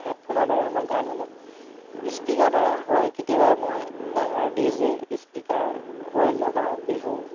হেডফোনৰ দ্বাৰা মই গান শুনো স্পীকাৰ দ্বাৰা হয় কেতিয়াবা মই ডাঙৰ ডি জে স্পীকাৰ হয় লগাওঁ বিহু